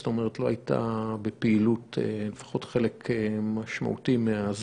זאת אומרת היא לא הייתה בפעילות לפחות חלק משמעותי מהזמן.